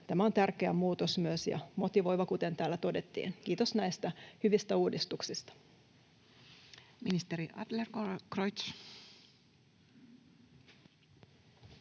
Tämä on tärkeä muutos myös ja motivoiva, kuten täällä todettiin. Kiitos näistä hyvistä uudistuksista. [Speech 153] Speaker: